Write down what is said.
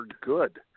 good